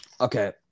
Okay